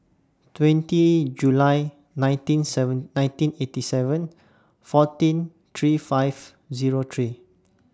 twenty July nineteen seven nineteen eighty seven fourteen three five Zero three